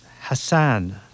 Hassan